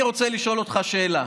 אני רוצה לשאול אותך שאלה: